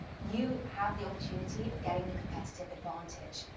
you have the opportunity of getting the competitive advantage.